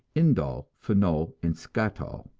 indol, phenol and skatol.